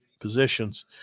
positions